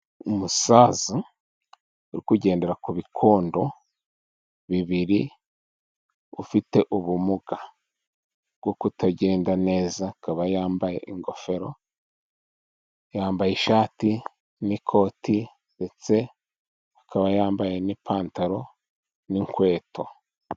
Umusaza ukugendera ku bikondo bibiri ufite ubumuga bwo kutagenda, neza akaba yambaye ingofero, yambaye ishati n'ikoti, ndetse akaba yambaye n'ipantaro n'inkweto.